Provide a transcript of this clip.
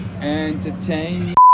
entertain